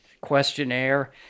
questionnaire